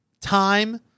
time